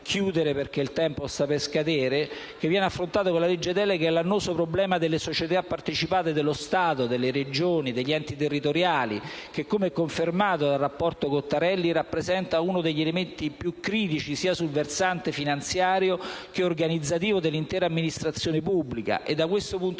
concludere perché il tempo sta per scadere - con la legge delega è l'annoso problema delle società partecipate dello Stato, delle Regioni e degli enti territoriali che, come confermato anche dal rapporto Cottarelli, rappresenta uno degli aspetti più critici sul versante sia finanziario che organizzativo dell'intera amministrazione pubblica. Da questo punto